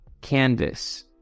canvas